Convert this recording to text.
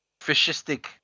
fascistic